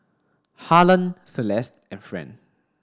Harlan Celeste and Friend